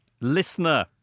Listener